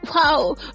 Wow